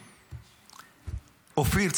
אופיר,